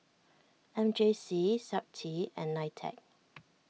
M J C Safti and Nitec